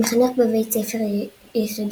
מחנך בבית ספר יסודי,